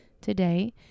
Today